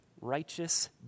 righteous